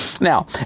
Now